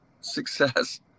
success